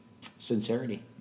sincerity